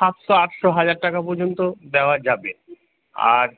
সাতশো আটশো হাজার টাকা পর্যন্ত দেওয়া যাবে আর